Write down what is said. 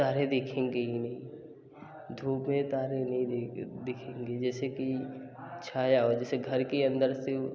तारे दिखेंगे ही नहीं धूप में तारे नहीं देखे दिखेंगे जैसे कि छाया हो जैसे घर के अन्दर से